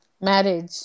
Marriage